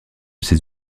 ses